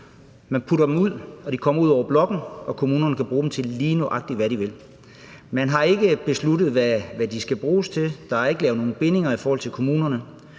Man sender dem ud, de kommer ud over blokken, og kommunerne kan bruge dem til, lige nøjagtig hvad de vil. Man har ikke besluttet, hvad de skal bruges til, og der er ikke lavet nogen bindinger i forhold til kommunerne.